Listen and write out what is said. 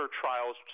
trials